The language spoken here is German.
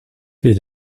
wird